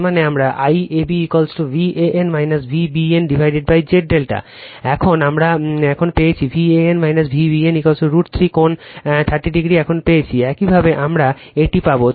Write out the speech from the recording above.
তার মানে আমার IAB Van V bnZ ∆ এবং আমরা এখন পেয়েছি Van V bn √ 3 কোণ 30o এখন পেয়েছি একইভাবে আমরা এটি পাব